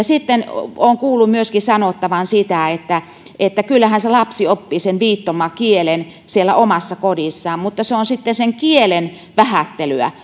sitten olen kuullut myöskin sanottavan sitä että että kyllähän lapsi oppii viittomakielen siellä omassa kodissaan mutta se on sitten sen kielen vähättelyä